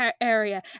area